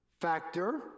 factor